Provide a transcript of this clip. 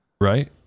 Right